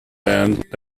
band